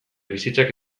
bizitzak